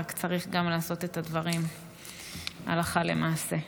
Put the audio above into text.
רק צריך גם לעשות את הדברים הלכה למעשה.